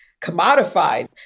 commodified